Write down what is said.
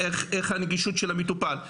איך תהיה הנגישות של המטופל?